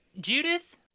Judith